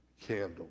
candle